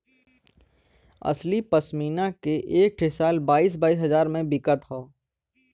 असली पश्मीना के एक ठे शाल बाईस बाईस हजार मे बिकत हौ